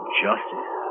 justice